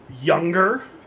younger